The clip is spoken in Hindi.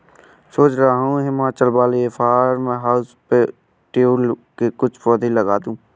सोच रहा हूं हिमाचल वाले फार्म हाउस पे ट्यूलिप के कुछ पौधे लगा दूं